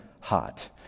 hot